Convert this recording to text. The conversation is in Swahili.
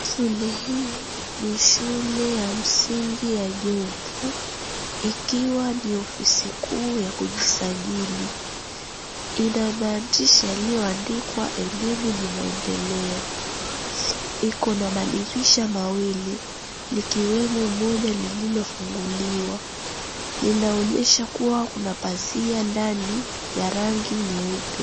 Shule hii ni shule ya msingi ya Jomvu, ikiwa ni ofisi kuu ya kujisajili, ina maandishi yaliyoandikwa elimu ni maendeleo. Iko na madirisha mawili, likiwemo moja lililofunguliwa, linaonyesha kuwa kuna pazia ndani ya rangi nyeupe.